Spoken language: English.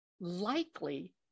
likely